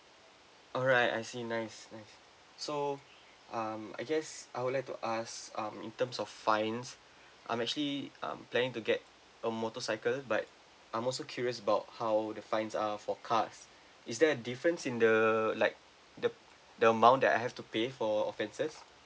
alright I see nice nice so um I guess I would like to ask um in terms of fine I'm actually um planning to get a motorcycle bike I'm also curious about how the fines are for cars is there a difference in the like the the amount that I have to pay for offences